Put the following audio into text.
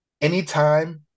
Anytime